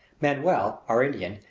manuel, our indian,